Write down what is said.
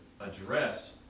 address